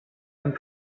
and